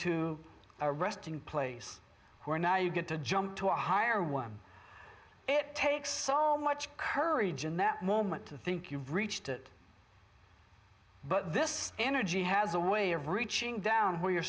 to a resting place who are now you get to jump to a higher one it takes so much courage in that moment to think you've reached it but this energy has a way of reaching down where you're